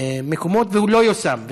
מקומות והזדמנויות, והוא לא יושם.